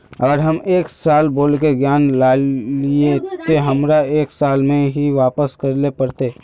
अगर हम एक साल बोल के ऋण लालिये ते हमरा एक साल में ही वापस करले पड़ते?